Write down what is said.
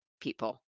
people